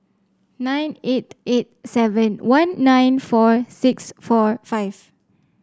nine eight eight seven one nine four six four five